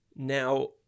Now